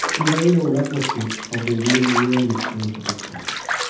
it ain't a replicate of the real-world experience with those products.